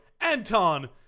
Anton